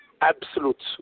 absolute